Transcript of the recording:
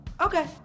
okay